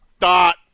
Dot